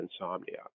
insomnia